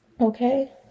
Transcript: okay